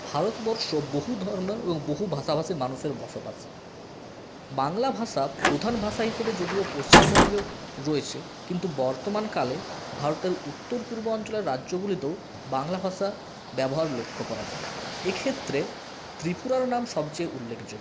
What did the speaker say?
ভারতবর্ষ বহু ধর্ম এবং বহু ভাষাভাষী মানুষের বসবাস বাংলা ভাষা প্রধান ভাষা হিসাবে যদিও পশ্চিমবঙ্গে রয়েছে কিন্তু বর্তমান কালে ভারতের উত্তর পূর্বাঞ্চল রাজ্যগুলিতেও বাংলা ভাষার ব্যবহার লক্ষ্য করা যায় এক্ষেত্রে ত্রিপুরার নাম সবচেয়ে উল্লেখযোগ্য